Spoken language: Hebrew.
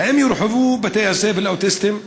4. האם יורחבו בתי הספר לאוטיסטים?